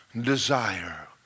desire